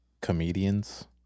comedians